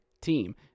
team